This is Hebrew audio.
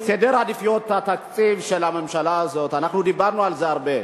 סדר העדיפויות של הממשלה הזאת, דיברנו על זה הרבה,